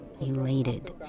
elated